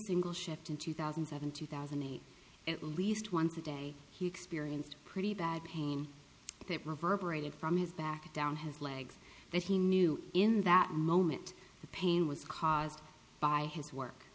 single shift in two thousand and seven two thousand and eight it least once a day he experienced pretty bad pain that reverberated from his back down his legs that he knew in that moment the pain was caused by his work